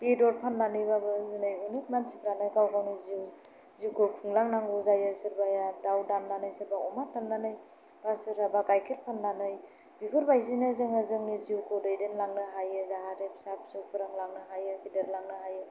बेदर फाननानैब्लाबो दिनै अनेक मानसिफोरानो गाव गावनि जिउ जिउखौ खुंलांनांगौ जायो सोरबाया दाउ दाननानै सोरबा अमा दाननानै बा सोरहाबा गाइखेर फाननानै बेफोरबायदिनो जोङो जिउखौ दैदेनलांनो हायो जाहाथे फिसा फिसौ फोरोंलांनो हायो फेदेरलांनो हायो